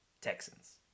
Texans